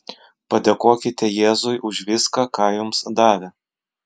padėkokite jėzui už viską ką jums davė